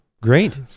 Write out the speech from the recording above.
Great